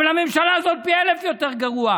אבל הממשלה הזאת פי אלף יותר גרועה.